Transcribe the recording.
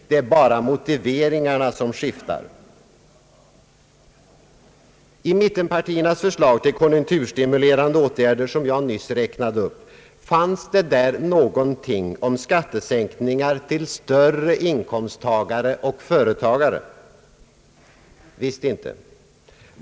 Det är bara motiveringarna som skiftar.» I mittenpartiernas förslag till konjunkturstimulerande åtgärder, som jag nyss räknade upp, fanns det där någonting om skattesänkningar till större inkomsttagare och företagare? Visst inte.